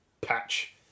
patch